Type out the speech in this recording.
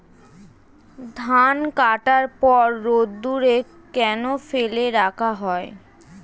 ধান কাটার পর রোদ্দুরে কেন ফেলে রাখা হয়?